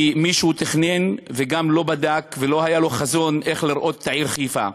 כי מישהו תכנן ולא בדק ולא היה לו חזון לראות את העיר חיפה.